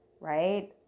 right